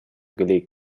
gelegt